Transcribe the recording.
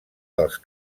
dels